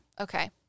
Okay